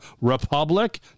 republic